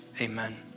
Amen